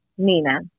Nina